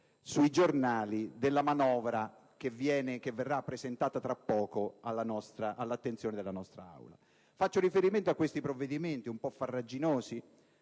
riferimento alla manovra che verrà presentata tra pochi giorni all'attenzione della nostra Aula. Faccio riferimento ad alcuni provvedimenti un po' farraginosi